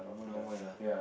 normal lah